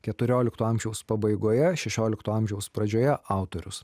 keturiolikto amžiaus pabaigoje šešiolikto amžiaus pradžioje autorius